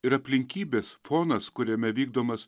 ir aplinkybės fonas kuriame vykdomas